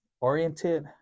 oriented